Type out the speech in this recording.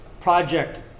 Project